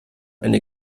eine